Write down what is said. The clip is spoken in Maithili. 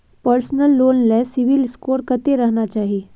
पर्सनल लोन ले सिबिल स्कोर कत्ते रहना चाही?